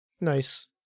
Nice